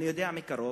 אני יודע מקרוב,